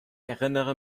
erinnere